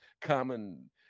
Common